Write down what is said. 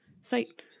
site